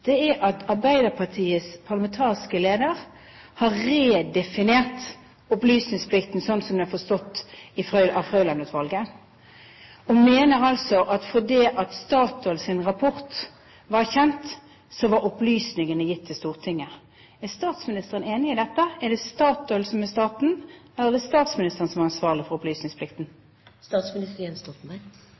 det gjelder dette forslaget om mistillit, og at Arbeiderpartiets parlamentariske leder har redefinert opplysningsplikten slik som den er forstått ut fra Frøiland-utvalget, og mener at fordi Statoils rapport var kjent, var opplysningene gitt til Stortinget. Er statsministeren enig i dette? Er det Statoil som er staten, eller er det statsministeren som er ansvarlig for opplysningsplikten?